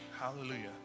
hallelujah